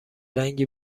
رنگی